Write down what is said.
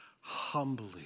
humbly